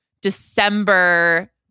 December